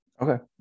Okay